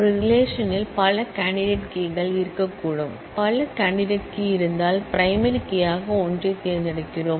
ஒரு ரிலேஷன்ல் பல கேண்டிடேட் கீ இருக்கக்கூடும் பல கேண்டிடேட் கீ இருந்தால்பிரைமரி கீ யாக ஒன்றைத் தேர்ந்தெடுக்கிறோம்